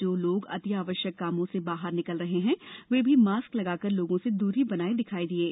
जो लोग अति आवश्यक कामों से बाहर निकल रहे हैं वे भी मास्क लगाकर लोगों से दूरी बनाये दिखाई दिये